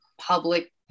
public